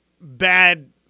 bad